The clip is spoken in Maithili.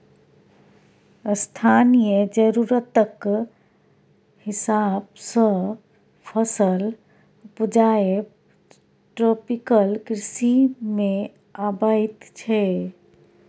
स्थानीय जरुरतक हिसाब सँ फसल उपजाएब ट्रोपिकल कृषि मे अबैत छै